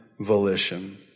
volition